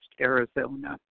Arizona